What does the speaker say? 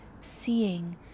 seeing